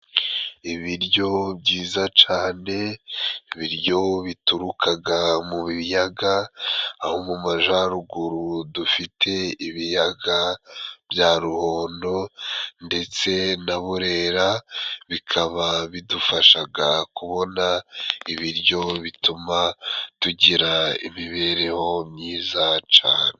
Ibiryo byiza cane, ibiryo biturukaga mu biyaga aho mu Majyaruguru dufite ibiyaga bya Ruhondo ndetse na Burera, bikaba bidufashaga kubona ibiryo bituma tugira imibereho myiza cane.